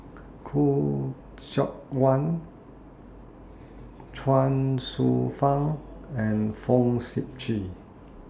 Khoo Seok Wan Chuang Hsueh Fang and Fong Sip Chee